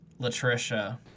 Latricia